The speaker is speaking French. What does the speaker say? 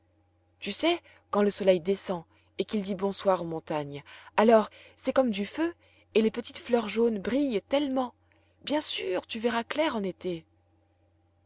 tu sais quand le soleil descend et qu'il dit bonsoir aux montagnes alors c'est comme du feu et les petites fleurs jaunes brillent tellement bien sûr tu verras clair en été